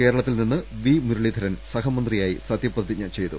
കേരളത്തിൽ നിന്ന് വി മുരളീധരൻ സഹമന്ത്രിയായി സത്യ പ്രതിജ്ഞ ചെയ്തു